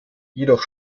jedoch